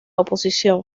oposición